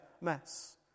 mess